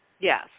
Yes